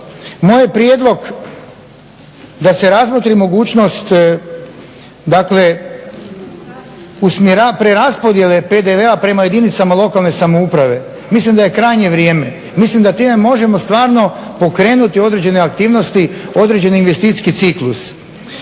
Moj je prijedlog da se razmotri mogućnost preraspodjele PDV-a prema jedinicama lokalne samouprave. mislim da je krajnje vrijeme, mislim da time možemo stvarno pokrenuti određene aktivnosti određeni investicijski ciklus.